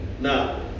Now